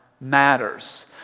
matters